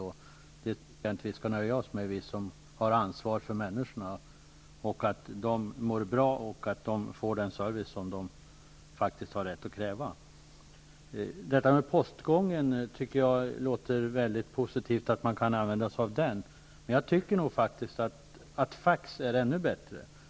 Jag tycker inte vi skall nöja oss med det. Vi har ansvar för människorna, för att de mår bra och får den service de faktiskt har rätt att kräva. Jag tycker det låter positivt att man skulle kunna använda sig av postgången, men jag tycker faktiskt att fax är ännu bättre.